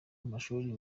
amashuri